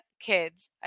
Kids